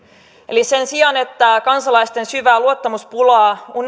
eli sen sijaan että kansalaisten syvää luottamuspulaa